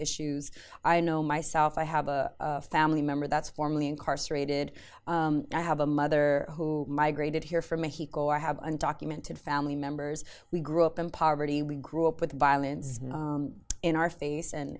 issues i know myself i have a family member that's formerly incarcerated i have a mother who migrated here from a he go i have undocumented family members we grew up in poverty we grew up with violence in our face and